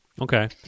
Okay